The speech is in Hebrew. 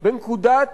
בנקודת